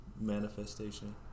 manifestation